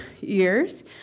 years